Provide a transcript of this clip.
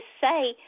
say